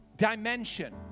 dimension